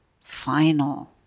final